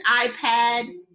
iPad